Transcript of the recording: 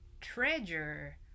treasure